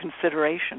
consideration